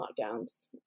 lockdowns